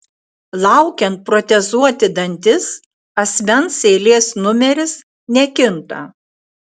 laukiant protezuoti dantis asmens eilės numeris nekinta